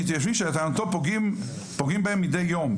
מתיישבים שלטענתו פוגעים בהם מידי יום,